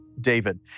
David